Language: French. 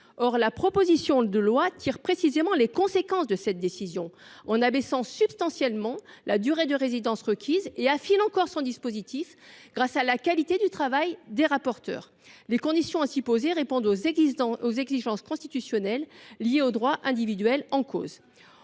proposition de loi tire précisément les conséquences de cette décision, en abaissant substantiellement la durée de résidence requise, et son dispositif a encore été affiné grâce à la qualité du travail des rapporteurs. Les conditions ainsi posées répondent aux exigences constitutionnelles liées aux droits individuels en cause.